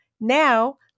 Now